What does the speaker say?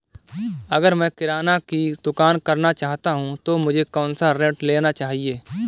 अगर मैं किराना की दुकान करना चाहता हूं तो मुझे कौनसा ऋण लेना चाहिए?